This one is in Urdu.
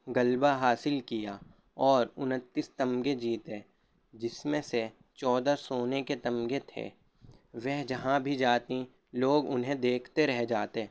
غلبہ حاصل کیا اور انتیس تمغے جیتے جس میں سے چودہ سونے کے تمغے تھے وہ جہاں بھی جاتیں لوگ انھیں دیکھتے رہ جاتے